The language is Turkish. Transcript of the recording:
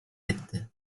etti